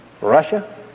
Russia